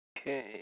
Okay